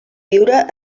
viure